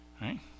right